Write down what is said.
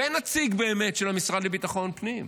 ואין באמת נציג של המשרד לביטחון פנים,